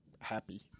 happy